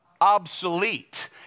obsolete